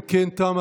אם כן, תמה